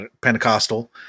Pentecostal